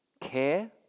care